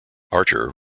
archer